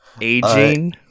aging